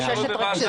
זה לא תלוי בנו.